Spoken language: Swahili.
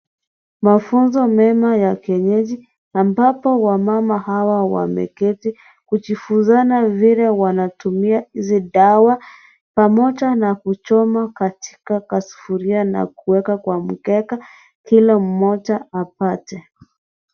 Mafunzo mema ya kienyeji ambapo wamama hawa wameketi kujifunzana vile wanatumia hizi dawa pamoja na kuchoma Katika sufuria na kuweka kwa mkeka kila mmoja apate .